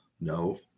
No